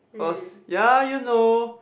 cause ya you know